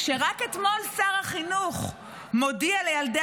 כשרק אתמול שר החינוך מודיע לילדי